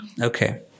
Okay